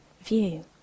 view